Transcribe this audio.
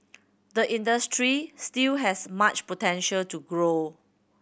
the industry still has much potential to grow